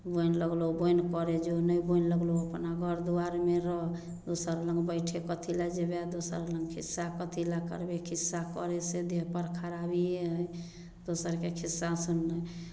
बोनि लगलहुॅं बोनि करे जो नहि बोनि लगलहुॅं अपना घर द्वारमे रहऽ दोसर लग बैठे कथी लए जेबै दोसर लग खिस्सा कथी लए करबै खिस्सा करय सऽ देह पर खराबिए है दोसरके खिस्सा सुनलहुॅं